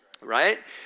right